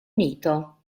unito